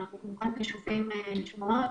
ואנחנו כמובן נשמח לשמוע אותם,